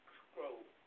scroll